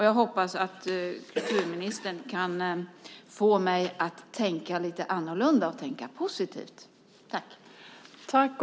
Jag hoppas att kulturministern kan få mig att tänka lite annorlunda och tänka positivt.